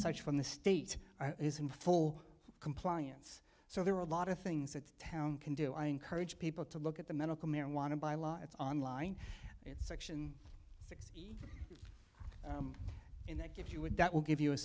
such from the state is in full compliance so there are a lot of things that town can do i encourage people to look at the medical marijuana by law it's online it's section in that if you would that will give you a